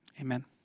Amen